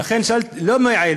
ולכן, מייעל.